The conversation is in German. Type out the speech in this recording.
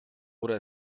oder